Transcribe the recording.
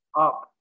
up